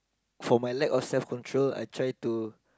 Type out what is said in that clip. for my lack of self control I try to